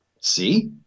See